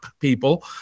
people